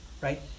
Right